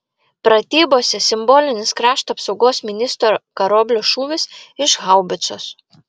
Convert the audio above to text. pratybose simbolinis krašto apsaugos ministro karoblio šūvis iš haubicos